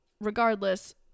regardless